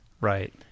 right